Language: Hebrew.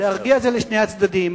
להרגיע זה לשני הצדדים.